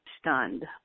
stunned